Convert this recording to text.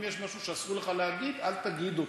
אם יש משהו שאסור לך להגיד אל תגיד אותו,